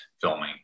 filming